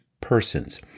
persons